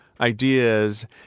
Ideas